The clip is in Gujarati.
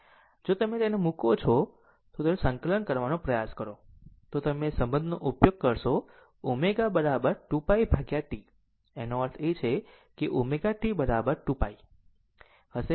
અને જો તમે તેને મુકો છો અને તેને સંકલન કરવાનો પ્રયાસ કરો છો તો તમે આ સંબંધનો ઉપયોગ કરશો ω 2 pi T એનો અર્થ છે કે ω T 2 pi હશે